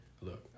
look